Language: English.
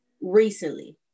recently